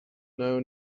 know